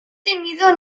tenido